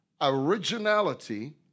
Originality